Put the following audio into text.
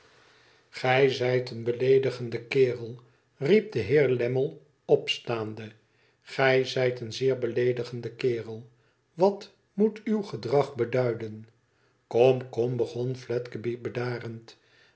igij zijt een beleedigende kerel riep de heer lammie opstaande gij zijt een zeer beleedigende kerel wat moet uw gedrag beduiden f kom kom begon fledgeby bedarend